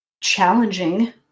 challenging